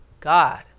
God